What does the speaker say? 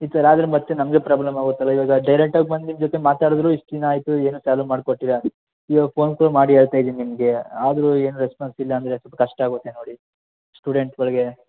ಈ ಥರ ಆದ್ರೆ ಮತ್ತೆ ನಮಗೆ ಪ್ರಾಬ್ಲಮ್ ಆಗುತ್ತಲ್ವ ಇವಾಗ ಡೈರೆಕ್ಟಾಗಿ ಬಂದು ನಿಮ್ಮ ಜೊತೆ ಮಾತಾಡಿದ್ರು ಇಷ್ಟು ದಿನ ಆಯಿತು ಏನೂ ಚಾಲು ಮಾಡಿಕೊಟ್ಟಿಲ್ಲ ಇವಾಗ ಫೋನ್ ಕಾಲ್ ಮಾಡಿ ಹೇಳ್ತಾ ಇದೀನಿ ನಿಮಗೆ ಆದರೂ ಏನೂ ರೆಸ್ಪಾನ್ಸ್ ಇಲ್ಲ ಅಂದರೆ ಸ್ವಲ್ಪ ಕಷ್ಟ ಆಗುತ್ತೆ ನೋಡಿ ಸ್ಟೂಡೆಂಟ್ಗಳ್ಗೆ